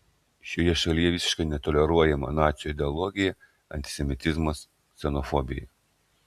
šioje šalyje visiškai netoleruojama nacių ideologija antisemitizmas ksenofobija